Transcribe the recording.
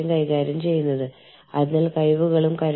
ഞാൻ ഉദ്ദേശിച്ചത് അവയ്ക്ക് ധരാളം വെല്ലുവിളികളും ഉണ്ട്